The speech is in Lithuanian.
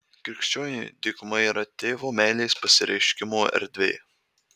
krikščioniui dykuma yra tėvo meilės pasireiškimo erdvė